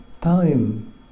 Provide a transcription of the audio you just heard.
time